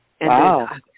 Wow